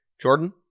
Jordan